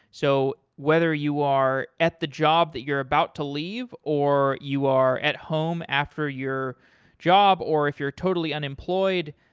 so whether you are at the job that you're about to leave or you are at home after your job, or if you're totally unemployed,